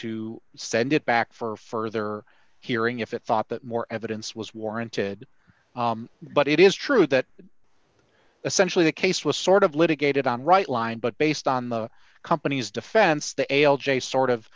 to send it back for further hearing if it thought that more evidence was warranted but it is true that essentially the case was sort of litigated on right line but based on the company's defense the l j sort of